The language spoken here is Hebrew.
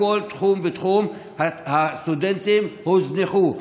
בכל תחום ותחום הסטודנטים הוזנחו.